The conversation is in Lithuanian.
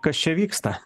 kas čia vyksta